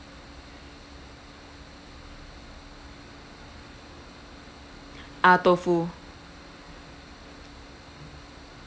ah tofu